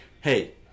hey